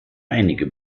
einige